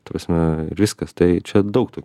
ta prasme viskas tai čia daug tų